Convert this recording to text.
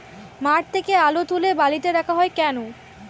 মাঠ থেকে আলু তুলে বালিতে রাখা হয় কেন?